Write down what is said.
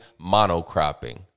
monocropping